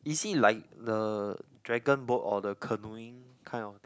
is it like the dragon boat or the canoeing kind of